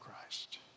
Christ